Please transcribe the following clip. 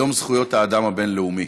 יום זכויות האדם הבין-לאומי.